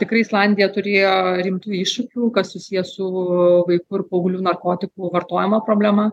tikrai islandija turėjo rimtų iššūkių kas susiję su vaikų ir paauglių narkotikų vartojimo problema